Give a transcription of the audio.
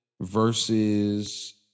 Versus